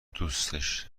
دوستش